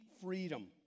freedom